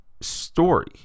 story